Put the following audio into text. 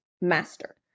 master